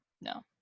No